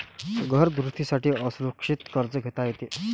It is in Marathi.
घर दुरुस्ती साठी असुरक्षित कर्ज घेता येते